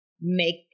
make